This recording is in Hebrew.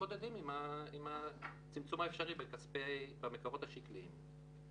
מתמודדים עם הצמצום האפשרי במקורות השקליים.